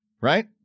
right